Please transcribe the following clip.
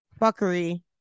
fuckery